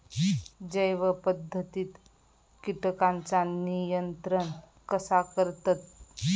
जैव पध्दतीत किटकांचा नियंत्रण कसा करतत?